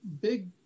big